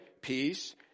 peace